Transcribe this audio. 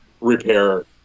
repair